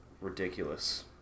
ridiculous